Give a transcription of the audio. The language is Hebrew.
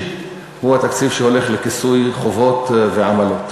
הוא התקציב שהולך לכיסוי חובות ועמלות.